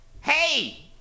Hey